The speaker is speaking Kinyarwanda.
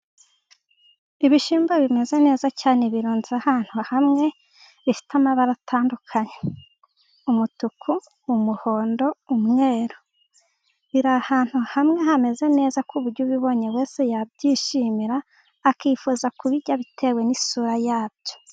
Ibishyimbo bimeze neza cyane ,birunze ahantu hamwe rifite amabara atandukanye :umutuku , umuhondo ,umweru . Biri ahantu hamwe hameze neza, ku buryo ubibonye wese yabyishimira akifuza kubirya bitewe n'isura yabyo.